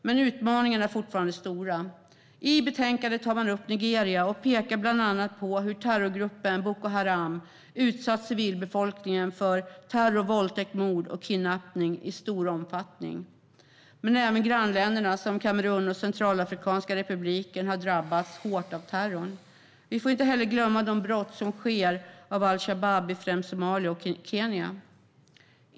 Men utmaningarna är fortfarande stora. I betänkandet tar man upp Nigeria och pekar bland annat på hur terrorgruppen Boko Haram har utsatt civilbefolkningen för terror, våldtäkt, mord och kidnappning i stor omfattning. Men även grannländer som Kamerun och Centralafrikanska republiken har drabbats hårt av terrorn. Vi får inte heller glömma de brott som begås av al-Shabab i främst Somalia och Kenya.